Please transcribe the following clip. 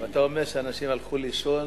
אתה אומר שאנשים הלכו לישון,